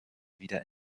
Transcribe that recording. wieder